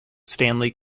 stanley